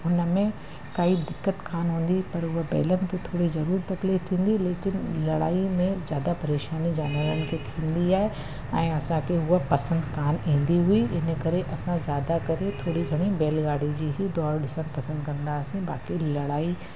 हुन में काई दिक़त कान हूंदी पर उहा बैलन खे थोरी ज़रूरु तकलीफ़ थींदी लेकिनि लड़ाई में ज्यादा परेशानी जानवरनि खे थींदी आहे ऐं असांखे उहो पसंदि कान ईंदी हुई इनकरे असां ज्यादा करे थोरी घणी बैलगाड़ी जी ही डोड़ सां पसंदि कंदासीं बाक़ी लड़ाई